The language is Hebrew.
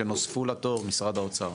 שנוספו לתור משרד האוצר,